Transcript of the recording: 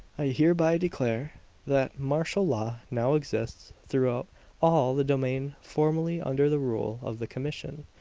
i hereby declare that martial law now exists throughout all the domain formerly under the rule of the commission!